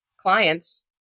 clients